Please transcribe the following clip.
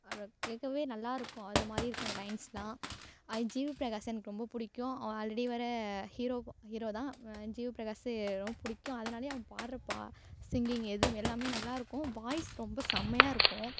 அத கேட்கவே நல்லா இருக்கும் அந்த மாதிரி இருக்கும் அந்த லைன்ஸ்லாம் அது ஜி வி பிரகாஷ் எனக்கு ரொம்ப புடிக்கும் அவன் ஆல்ரெடி வேறு ஹீரோ ஹீரோ தான் ஜி வி பிரகாஷ் ரொம்ப பிடிக்கும் அதனாலையே அவன் பாடுற சிங்கிங் எதுவும் எல்லாம் நல்லா இருக்கும் வாய்ஸ் ரொம்ப செம்மையாக இருக்கும்